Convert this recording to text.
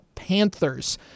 Panthers